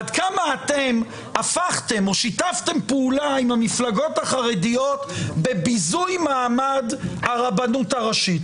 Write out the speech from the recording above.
עד כמה אתם שיתפתם פעולה עם המפלגות החרדיות בביזוי מעמד הרבנות הראשית,